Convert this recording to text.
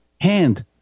hand